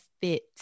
fit